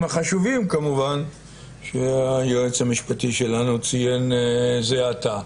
החשובים כמובן שהיועץ המשפטי שלנו ציין זה עתה.